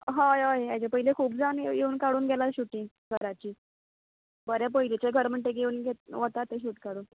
हय हय हेज्या पयलीं खूब जाण येवन काडून गेला शुटींग घराची बरें पयलीचें घर म्हणटगीर येवन गेले वता ते शूट काडून